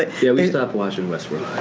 ah yeah we stopped watching westworld.